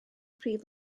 prif